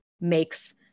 makes